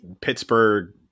Pittsburgh